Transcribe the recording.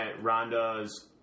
Rhonda's